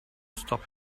stop